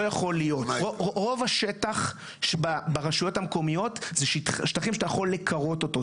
רוב השטח ברשויות המקומיות אלו שטחים שאתה יכול לקרות אותם,